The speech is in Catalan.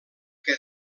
que